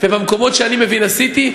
ובמקומות שאני מבין עשיתי,